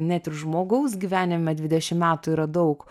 net ir žmogaus gyvenime dvidešim metų yra daug